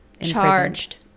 charged